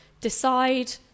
decide